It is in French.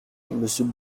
monsieur